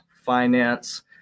finance